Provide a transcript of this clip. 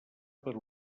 per